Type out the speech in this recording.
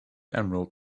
emerald